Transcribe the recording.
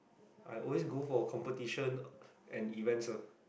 I always go for competition and events ah